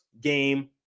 game